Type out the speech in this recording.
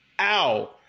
Ow